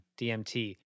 DMT